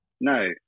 no